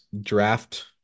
draft